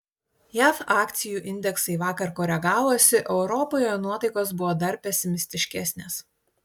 jav akcijų indeksai vakar koregavosi o europoje nuotaikos buvo dar pesimistiškesnės